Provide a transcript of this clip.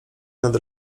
nad